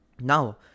now